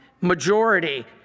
majority